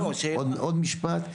עוד משפט,